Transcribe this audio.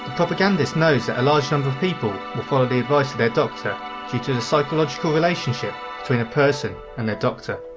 propagandist knows that a large number of people will follow the advice of their doctor due to the psychological relationship between a person and their doctor.